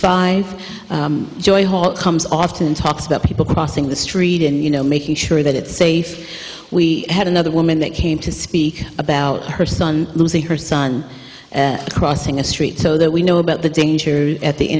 five joy hall comes often talks about people crossing the street and you know making sure that it's safe we had another woman that came to speak about her son losing her son crossing a street so that we know about the danger at the